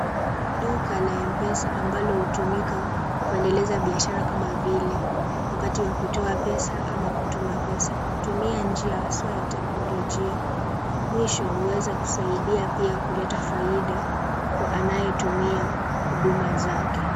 Duka la Mpesa ambalo hutumika kuendeleza biashara kama vile wakati wa kutoa pesa ama kutuma pesa. Hutumia njia haswa ya teknolojia mwisho huweza kusaidia pia kuleta faida kwa anayetumia huduma zake.